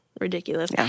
ridiculous